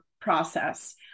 process